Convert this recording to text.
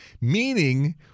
Meaning